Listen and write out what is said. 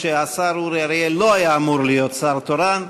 שהשר אורי אריאל לא היה אמור להיות שר תורן,